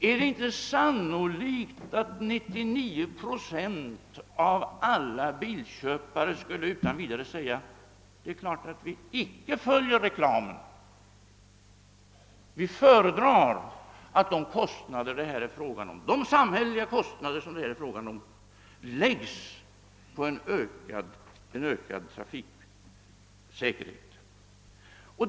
Är det inte sannolikt att 99 procent av alla bilköpare skulle säga att de icke följer reklamen utan föredrar att de pengar det här gäller här används för en ökning av trafiksäkerheten.